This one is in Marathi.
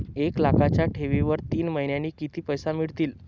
एक लाखाच्या ठेवीवर तीन महिन्यांनी किती पैसे मिळतील?